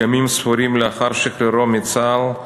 ימים ספורים לאחר שחרורו מצה"ל,